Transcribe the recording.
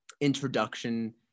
introduction